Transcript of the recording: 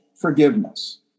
forgiveness